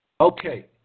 Okay